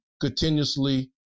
continuously